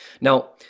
Now